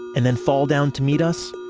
and then fall down to meet us,